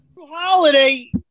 Holiday